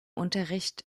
unterricht